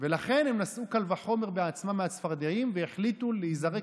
ורק דבר אחד נשאר במקום ולא זז,